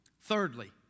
Thirdly